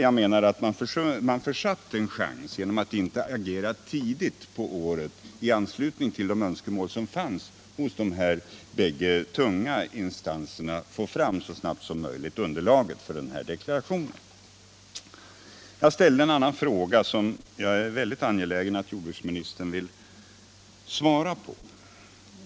Jag menar att man försatt en chans genom att inte agera tidigt på året i anslutning till de önskemål som uttalades av de här bägge tunga instanserna om att få fram underlaget för deklarationen så snabbt som möjligt. Jag ställde en annan fråga, som jag är väldigt angelägen om att jordbruksministern skall svara på.